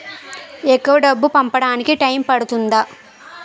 ఎక్కువ డబ్బు పంపడానికి టైం పడుతుందా?